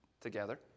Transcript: together